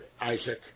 Isaac